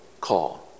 call